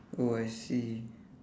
oh I see